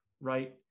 right